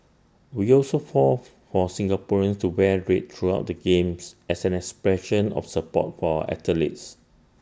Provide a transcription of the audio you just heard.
we also forth for Singaporeans to wear red throughout the games as an expression of support for athletes